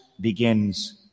begins